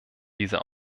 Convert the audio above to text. dieser